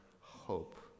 hope